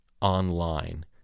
online